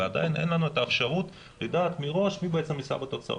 ועדיין אין לנו האפשרות לדעת מראש מי בעצם יישא בתוצאות.